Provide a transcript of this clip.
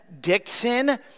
Dixon